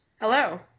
Hello